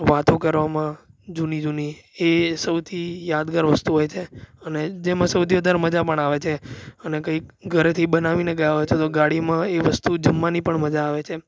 વાતો કરવામાં જૂની જૂની એ સૌથી યાદગાર વસ્તુ હોય છે અને જેમાં સૌથી વધારે મજા પણ આવે છે અને કંઈક ઘરેથી બનાવીને ગયા હોઈએ છે તો ગાડીમાં એ વસ્તુ જમવાની પણ મજા આવે છે